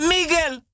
Miguel